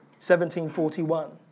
1741